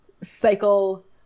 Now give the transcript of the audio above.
Cycle